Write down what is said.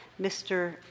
Mr